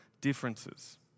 differences